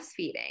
breastfeeding